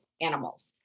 animals